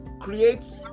creates